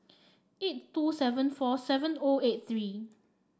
eight two seven four seven O eight three